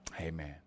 Amen